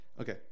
Okay